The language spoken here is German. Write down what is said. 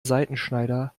seitenschneider